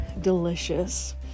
delicious